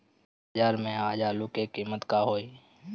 बाजार में आज आलू के कीमत का होई?